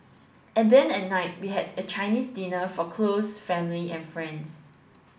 and then at night we had a Chinese dinner for close family and friends